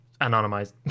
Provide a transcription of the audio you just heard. anonymized